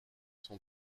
son